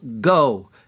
go